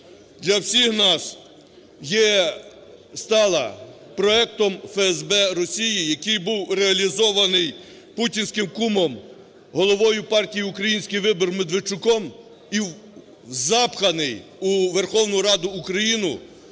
для всіх нас є… стала проектом ФСБ Росії, який був реалізований путінським кумом, головою партії "Український вибір" Медведчуком і запханий у Верховну Раду України